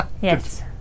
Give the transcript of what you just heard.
Yes